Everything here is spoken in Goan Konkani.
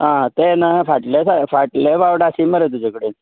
आं तें ना फाटल्या साय फाटल्या फावट आशिल्ले मरे तुजे कडेन